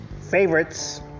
favorites